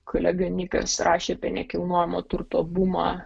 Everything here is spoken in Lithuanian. kolega nikas rašė apie nekilnojamo turto bumą